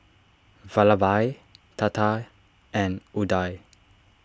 Vallabhbhai Tata and Udai